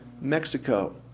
Mexico